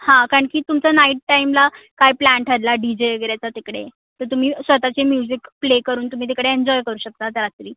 हां कारणकी तुमचं नाईट टाईमला काय प्लॅन ठरला डी जे वगैरे तर तिकडे तर तुम्ही स्वतःची म्युजिक प्ले करून तुम्ही तिकडे एन्जॉय करू शकतात रात्री